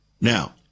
Now